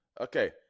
Okay